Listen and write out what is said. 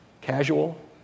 Casual